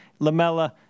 Lamella